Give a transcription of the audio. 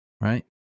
Right